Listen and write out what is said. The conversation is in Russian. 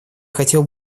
хотел